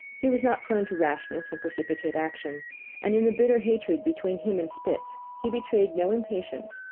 he was not prone to rashness and precipitate action and in the bitter hatred between him and spitz he betrayed no impatience,